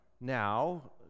now